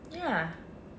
ya